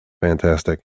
Fantastic